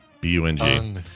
b-u-n-g